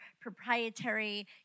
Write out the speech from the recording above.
proprietary